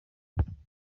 bubiligi